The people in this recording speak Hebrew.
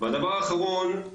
הדבר האחרון,